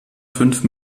fünf